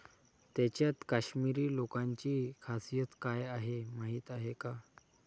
त्यांच्यात काश्मिरी लोकांची खासियत काय आहे माहीत आहे का?